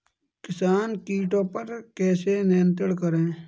किसान कीटो पर नियंत्रण कैसे करें?